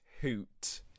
hoot